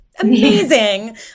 amazing